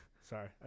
Sorry